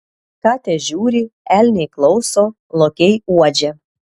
katės žiūri elniai klauso lokiai uodžia